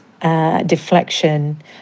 deflection